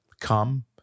come